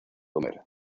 comer